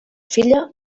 filla